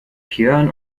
björn